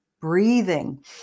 breathing